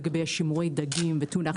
לגבי שימורי דגים וטונה.